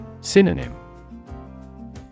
Synonym